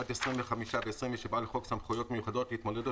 עד 25 ו-27 לחוק סמכויות מיוחדות להתמודדות